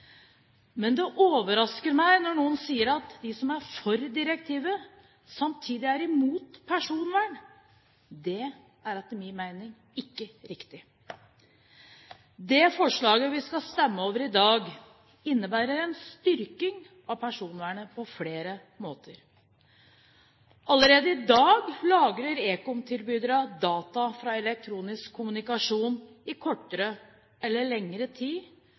Men det overrasker meg når noen sier at de som er for direktivet, samtidig er imot personvern. Det er etter min mening ikke riktig. Det forslaget vi skal stemme over i dag, innebærer en styrking av personvernet på flere måter. Allerede i dag lagrer ekomtilbyderne data fra elektronisk kommunikasjon i kortere eller lengre tid